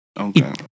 Okay